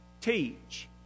teach